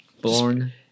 Born